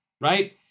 right